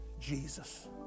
Jesus